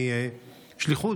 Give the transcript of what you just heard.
משליחות,